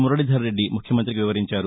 మురళీధర్ రెడ్డి ముఖ్యమంతికి వివరించారు